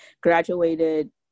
graduated